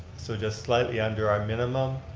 so just slightly under our minimum.